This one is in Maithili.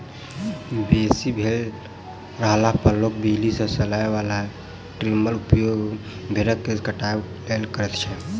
बेसी भेंड़ रहला पर लोक बिजली सॅ चलय बला ट्रीमरक उपयोग भेंड़क केश कटबाक लेल करैत छै